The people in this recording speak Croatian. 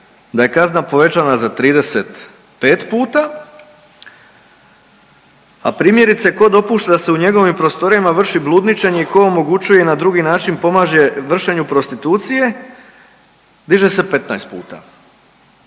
da je kazna povećana za 35 puta, a primjerice tko dopušta da se u njegovim prostorijama vrši bludničenje i tko omogućuje ina drugi način pomaže vršenju prostitucije diže se 15 puta.